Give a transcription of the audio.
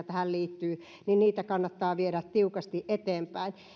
tähän liittyy kannattaa viedä tiukasti eteenpäin